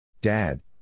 Dad